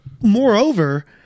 Moreover